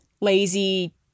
lazy